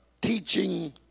teaching